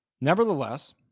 Nevertheless